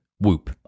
Whoop